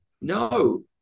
no